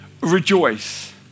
Rejoice